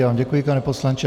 Já vám děkuji, pane poslanče.